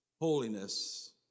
Holiness